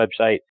website